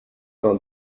vingt